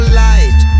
light